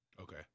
Okay